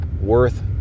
worth